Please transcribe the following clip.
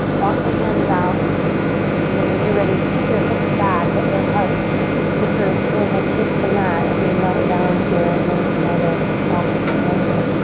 walk the hands out and then when you're ready, sink your hips back, let your heart kiss the earth, forehead kiss the mat as we melt down here in a moment, a flash of surrender,